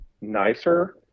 nicer